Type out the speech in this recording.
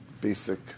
basic